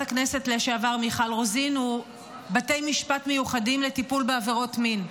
הכנסת לשעבר מיכל רוזין הוא בתי משפט מיוחדים לטיפול בעבירות מין.